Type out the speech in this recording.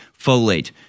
folate